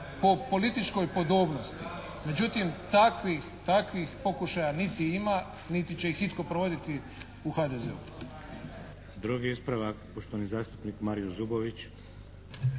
po političkoj podobnosti. Međutim takvih pokušaja niti ima, niti će ih itko provoditi u HDZ-u. **Šeks, Vladimir (HDZ)** Drugi ispravak. Poštovani zastupnik Mario Zubović.